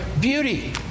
beauty